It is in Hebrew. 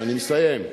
אני מסיים.